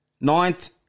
Ninth